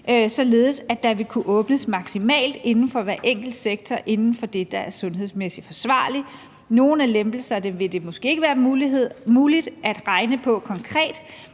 således at der vil kunne åbnes maksimalt inden for hver enkelt sektor inden for det, der er sundhedsmæssig forsvarligt. Nogle af lempelserne vil det måske ikke være muligt at regne på konkret,